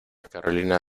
carolina